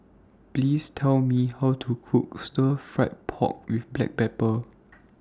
Please Tell Me How to Cook Stir Fried Pork with Black Pepper